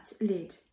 lid